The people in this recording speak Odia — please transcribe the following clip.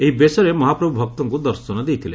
ଏହି ବେଶରେ ମହାପ୍ରଭୁ ଭକ୍ତଙ୍କୁ ଦର୍ଶନ ଦେଇଥିଲେ